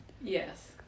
Yes